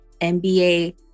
NBA